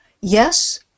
Yes